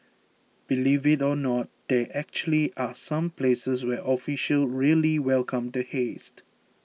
believe it or not there actually are some places where officials really welcome the hazed